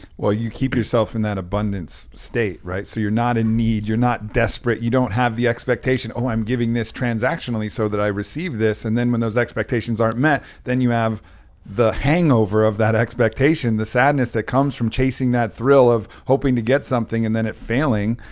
well, you keep yourself in that abundance state, right, so you're not in need. you're not desperate. you don't have the expectation, oh, i'm giving this transactionally so that i receive this. and then when those expectations aren't met, then you have the hangover of that expectation, the sadness that comes from chasing that thrill of hoping to get something and then it failing.